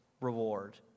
reward